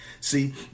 see